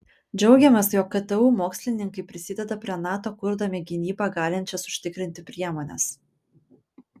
džiaugiamės jog ktu mokslininkai prisideda prie nato kurdami gynybą galinčias užtikrinti priemones